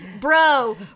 bro